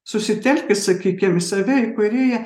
susitelkęs sakykim į save į kūrėją